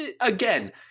again